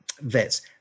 vets